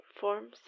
forms